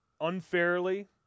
unfairly